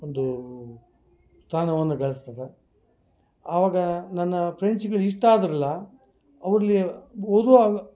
ಒಂದು ಸ್ಥಾನವನ್ನು ಗಳಿಸ್ತದೆ ಆವಾಗ ನನ್ನ ಫ್ರೆಂಡ್ಸ್ಗಳು ಇಷ್ಟಾದ್ರಲ್ಲ ಅವ್ರಲ್ಲಿ ಓದುವ